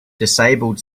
disabled